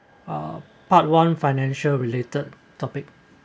uh part one financial related topic